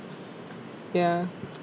ya